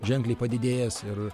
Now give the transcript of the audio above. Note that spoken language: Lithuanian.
ženkliai padidėjęs ir